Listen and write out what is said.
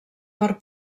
per